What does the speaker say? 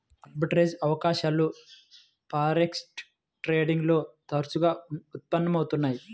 arbitrage అవకాశాలు forex trading లో తరచుగా ఉత్పన్నం అవుతున్నయ్యి